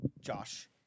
Josh